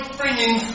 bringing